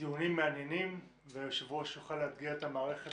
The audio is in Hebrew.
דיונים מעניינים והיושב-ראש יוכל לאתגר את המערכת